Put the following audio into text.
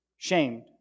Shamed